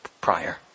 prior